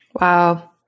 Wow